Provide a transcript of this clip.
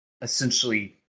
essentially